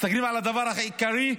מסתכלים על הדבר העיקרי,